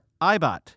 iBot